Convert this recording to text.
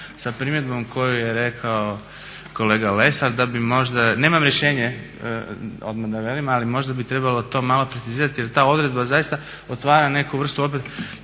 sa primjedbom koju je rekao kolega Lesar da bi možda, nemam rješenje odmah da velim, ali možda bi trebalo to malo precizirati jer ta odredba zaista otvara neku vrstu opet